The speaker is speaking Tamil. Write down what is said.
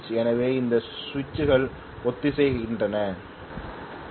எனவே இந்த சுவிட்சுகள் ஒத்திசைக்கின்றன சுவிட்சுகள்